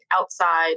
outside